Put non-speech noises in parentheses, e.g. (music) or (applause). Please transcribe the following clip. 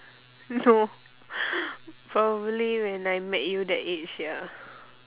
no (laughs) probably when I met you that age ya